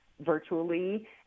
virtually